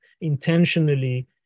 intentionally